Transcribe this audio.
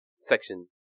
section